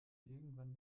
irgendwann